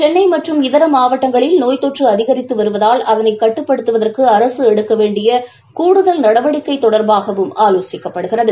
சென்னை மற்றும் இதர மாவட்டங்களில் நோய் தொற்று அதிகரித்து வருவதால் அதனை கட்டுப்படுத்துவதற்கு அரசு எடுக்க வேண்டிய கூடுதல் நடவடிக்கை தொடர்பாகவும் ஆலோசிக்கப்படுகிறது